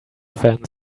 fence